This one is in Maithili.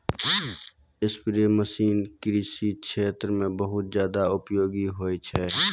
स्प्रे मसीन कृषि क्षेत्र म बहुत जादा उपयोगी होय छै